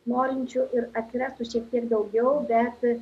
norinčių ir atsirastų šiek tiek daugiau bet